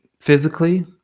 Physically